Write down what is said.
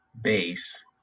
base